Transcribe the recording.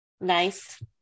Nice